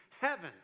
heaven